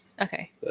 Okay